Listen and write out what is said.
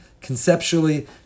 conceptually